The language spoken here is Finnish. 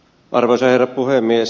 arvoisa herra puhemies